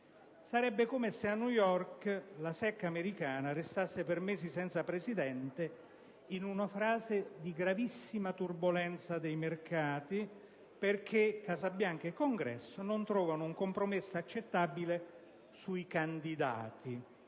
Sarebbe come se a New York la SEC americana restasse per mesi senza presidente, in una fase di gravissima turbolenza dei mercati, perché la Casa Bianca ed il Congresso non trovano un compromesso accettabile sui candidati.